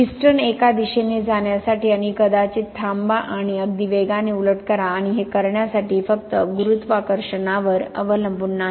piston एका दिशेने जाण्यासाठी आणि कदाचित थांबा आणि अगदी वेगाने उलट करा आणि हे करण्यासाठी फक्त गुरुत्वाकर्षणावर अवलंबून नाही